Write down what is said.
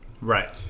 Right